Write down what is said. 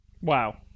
Wow